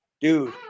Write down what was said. Dude